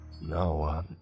No